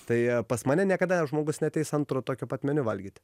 tai pas mane niekada žmogus neateis antro tokio pat meniu valgyti